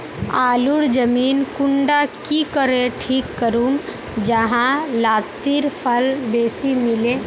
आलूर जमीन कुंडा की करे ठीक करूम जाहा लात्तिर फल बेसी मिले?